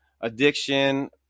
addiction